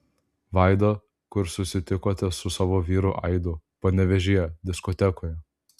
vaida kur susitikote su savo vyru aidu panevėžyje diskotekoje